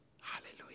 Hallelujah